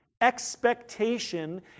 expectation